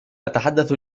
أتحدث